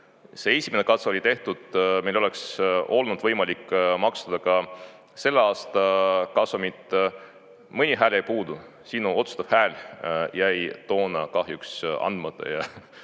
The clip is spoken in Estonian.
see esimene katse oli tehtud, meil oleks olnud võimalik maksustada ka selle aasta kasumit. Mõni hääl jäi puudu, sinu otsustav hääl jäi toona kahjuks andmata